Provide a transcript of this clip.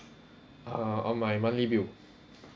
uh on my monthly bill